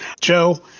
Joe